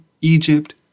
Egypt